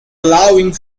allowing